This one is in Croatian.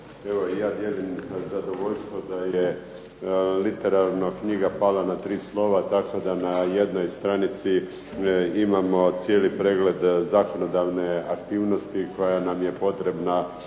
Evo i ja dijelim zadovoljstvo da je literarna knjiga pala na tri slova, dakle da na jednoj stranici imamo cijeli pregled zakonodavne aktivnosti koja nam je potrebna